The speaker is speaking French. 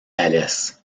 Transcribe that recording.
alès